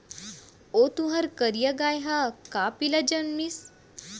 ओ तुंहर करिया गाय ह का पिला जनमिस?